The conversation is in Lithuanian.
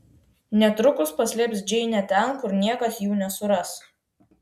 netrukus paslėps džeinę ten kur niekas jų nesuras